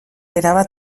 erabat